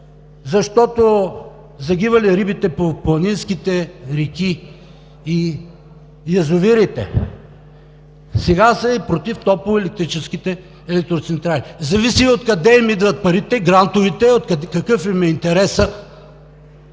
защото загивали рибите по планинските реки и язовирите, сега са против и топлоелектрическите централи. Зависи откъде им идват парите, грантовете, какъв им е интересът.